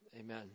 Amen